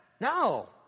No